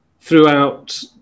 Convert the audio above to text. throughout